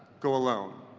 go alone.